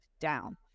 down